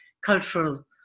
cultural